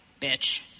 bitch